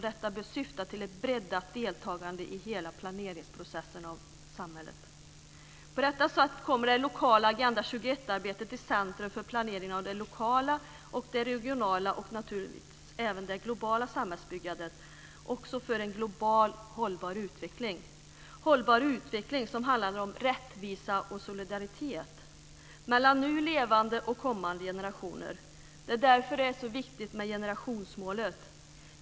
Detta bör syfta till ett breddat deltagande i hela planeringsprocessen i samhället. På detta sätt kommer det lokala Agenda 21-arbetet i centrum för planering av det lokala, det regionala och naturligtvis även det globala samhällsbyggandet för en global hållbar utveckling - hållbar utveckling som handlar om rättvisa och solidaritet mellan nu levande och kommande generationer. Det är därför det är så viktigt med generationsmålet.